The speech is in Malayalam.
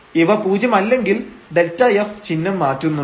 ഇവ പൂജ്യമല്ലെങ്കിൽ Δf ചിഹ്നം മാറ്റുന്നുണ്ട്